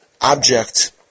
object